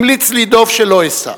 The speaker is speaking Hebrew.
המליץ לי דב שלא אסע,